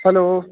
hello